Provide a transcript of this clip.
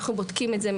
אנחנו בודקים את זה,